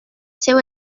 seu